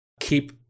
Keep